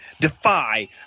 Defy